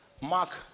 Mark